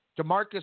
DeMarcus